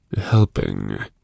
helping